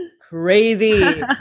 crazy